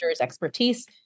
expertise